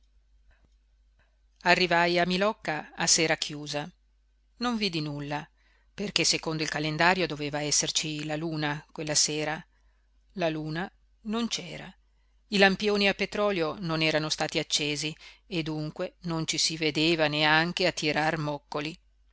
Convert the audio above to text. arrivai a milocca a sera chiusa non vidi nulla perché secondo il calendario doveva esserci la luna quella sera la luna non c'era i lampioni a petrolio non erano stati accesi e dunque non ci si vedeva neanche a tirar moccoli